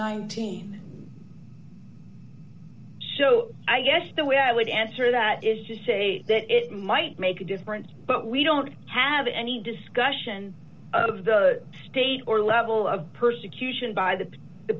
nineteen so i guess the way i would answer that is to say that it might make a difference but we don't have any discussion of the state or level of persecution by the